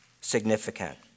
significant